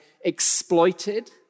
exploited